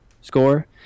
score